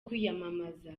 kwiyamamaza